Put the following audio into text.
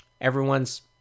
everyone's